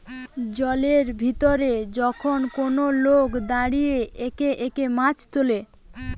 জলের ভিতরে যখন কোন লোক দাঁড়িয়ে একে একে মাছ তুলে